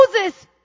Moses